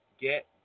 Get